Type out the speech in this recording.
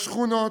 בשכונות,